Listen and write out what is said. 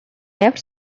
left